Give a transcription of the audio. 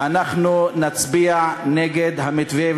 אנחנו נצביע נגד המתווה.